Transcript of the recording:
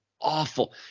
awful